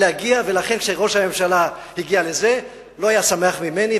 לכן, כשראש הממשלה הגיע לזה, לא היה שמח ממני.